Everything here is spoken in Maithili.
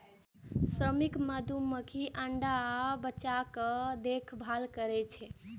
श्रमिक मधुमाछी अंडा आ बच्चाक देखभाल करै छै